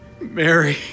Mary